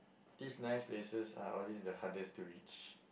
these nice places are always the hardest to reach